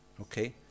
Okay